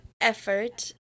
effort